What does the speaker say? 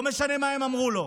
לא משנה מה הם אמרו לו.